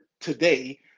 today